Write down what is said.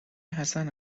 حسن